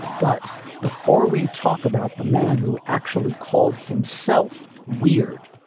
but before we talk about the man who actually called himself weird,